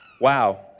Wow